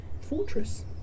fortress